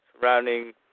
surrounding